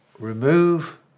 remove